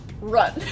Run